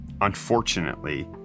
Unfortunately